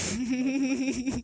知道知道